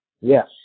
Yes